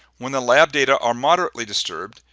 when the lab data are moderately disturbed,